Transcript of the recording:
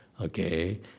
okay